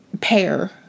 pair